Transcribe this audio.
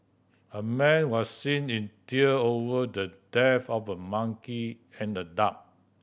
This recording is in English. a man was seen in tear over the death of a monkey and a duck